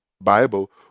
Bible